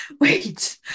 wait